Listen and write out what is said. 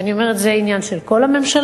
ואני אומרת שזה עניין של כל הממשלות,